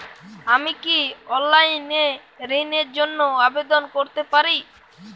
আমি কি অনলাইন এ ঋণ র জন্য আবেদন করতে পারি?